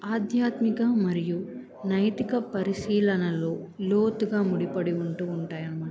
ఆధ్యాత్మిక మరియు నైతిక పరిశీలనలో లోతుగా ముడిపడి ఉంటూ ఉంటాయి అన్నమాట